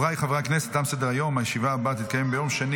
תודה רבה.